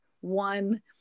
one